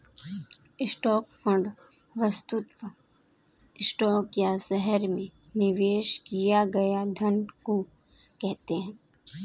stock fund वस्तुतः stock या शहर में निवेश किए गए धन को कहते हैं